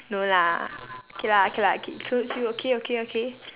no lah okay lah okay lah ok~ it includes you okay okay okay